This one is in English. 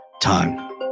time